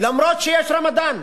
אף-על-פי שיש רמדאן.